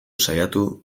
saiatu